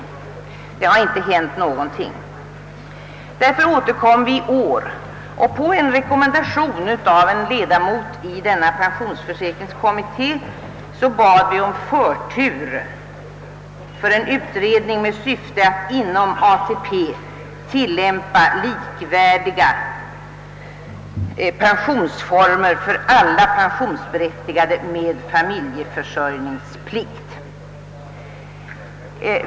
Därför återkom vi i år. På rekommendation av en ledamot av pensionsförsäkringskommittén bad vi om förtur för en utredning med syfte att inom ATP tillämpa likvärdiga pensionsformer för alla pensionsberättigade med familjeförsörjningsplikt.